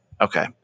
okay